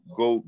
go